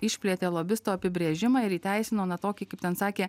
išplėtė lobisto apibrėžimą ir įteisino na tokį kaip ten sakė